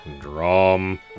Drum